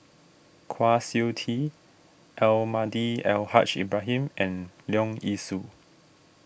Kwa Siew Tee Almahdi Al Haj Ibrahim and Leong Yee Soo